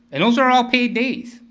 and those are all paid days.